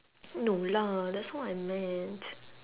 no lah that's not what I meant